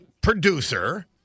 producer